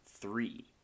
three